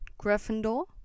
Gryffindor